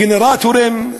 גנרטורים,